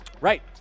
Right